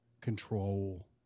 Control